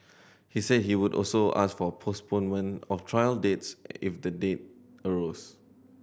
he said he would also ask for a postponement of trial dates if the day arose